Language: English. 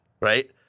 Right